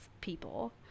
people